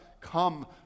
come